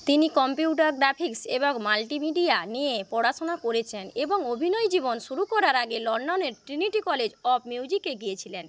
তিনি computer graphics এবং multimedia নিয়ে পড়াশোনা করেছেন এবং অভিনয় জীবন শুরু করার আগে লন্ডনের ট্রিনিটি কলেজ অফ মিউজিকে গিয়েছিলেন